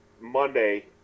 Monday